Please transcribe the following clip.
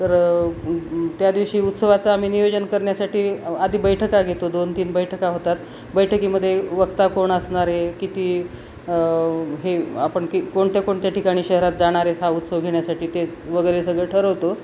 तर त्यादिवशी उत्सवाचं आम्ही नियोजन करण्यासाठी आधी बैठका घेतो दोन तीन बैठका होतात बैठकीमध्ये वक्ता कोण असणार आहे किती हे आपण की कोणत्या कोणत्या ठिकाणी शहरात जाणार आहेत हा उत्सव घेण्यासाठी ते वगैरे सगळं ठरवतो